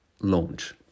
launch